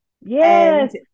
yes